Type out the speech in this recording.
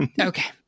Okay